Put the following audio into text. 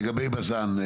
לגבי בז"ן,